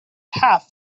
have